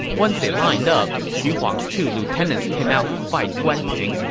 once they lined up, xu huang's two lieutenants came out to fight guan ping,